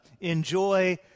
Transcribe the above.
enjoy